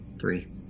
Three